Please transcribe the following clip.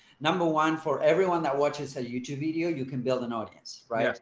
number one for everyone that watches a youtube video, you can build an audience, right?